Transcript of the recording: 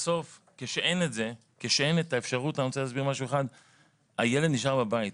כשאין את האפשרות הילד נשאר בבית,